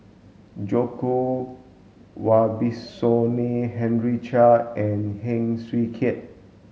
Djoko Wibisono Henry Chia and Heng Swee Keat